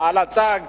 על הצג,